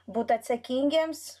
būt atsakingiems